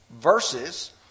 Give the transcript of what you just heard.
verses